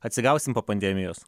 atsigausim po pandemijos